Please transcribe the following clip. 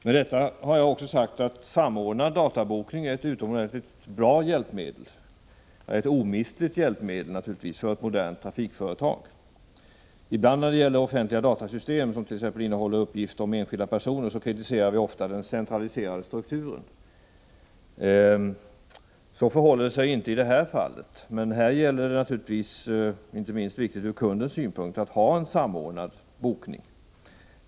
Med detta har jag också sagt att samordnad databokning är ett utomor 11 begränsa sårbarheteni SJ:s databokningssystem för biljetter dentligt bra hjälpmedel. Det är omistligt för ett modernt trafikföretag. När det gäller offentliga datasystem som innehåller uppgifter om t.ex. enskilda personer kritiserar vi ofta den centraliserade strukturen. Så förhåller det sig inte i det här fallet. Här är det, inte minst från kundens synpunkt, viktigt att ha en samordnad bokning.